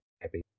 happy